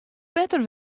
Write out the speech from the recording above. better